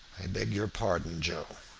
i beg your pardon, joe,